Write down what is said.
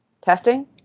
testing